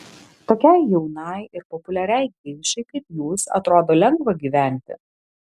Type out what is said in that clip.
tokiai jaunai ir populiariai geišai kaip jūs atrodo lengva gyventi